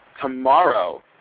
Tomorrow